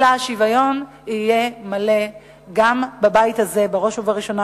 אלא השוויון יהיה מלא גם בבית הזה בראש ובראשונה,